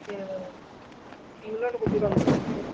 ଇଏ ଇଂଲଣ୍ଡ୍କୁୁ ଯିବାକୁ ଚାହୁଁଛି ରେ